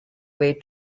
way